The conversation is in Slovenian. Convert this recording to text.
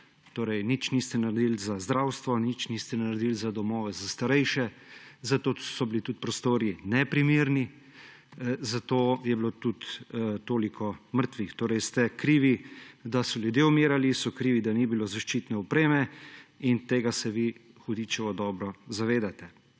nič niste naredili za zdravstvo, nič niste naredili za domove za starejše, zato so bili tudi prostori neprimerni, zato je bilo tudi toliko mrtvih. Torej ste krivi, da so ljudje umirali, krivi, da ni bilo zaščitne opreme in tega se vi hudičevo dobro zavedate.